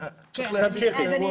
תמשיכי ואחר כך תדברי.